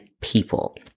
people